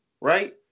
Right